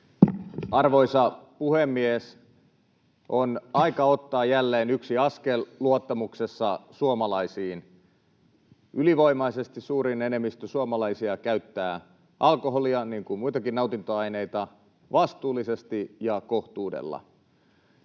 Arvoisa puhemies! On aika ottaa jälleen yksi askel luottamuksessa suomalaisiin. Ylivoimaisesti suurin enemmistö suomalaisia käyttää alkoholia, niin kuin muitakin nautintoaineita, vastuullisesti ja kohtuudella.